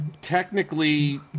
Technically